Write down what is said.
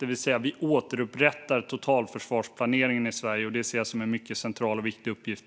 Det innebär att vi återupprättar totalförsvarsplaneringen i Sverige, och det ser jag som en mycket central och viktig uppgift.